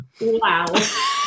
Wow